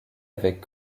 avec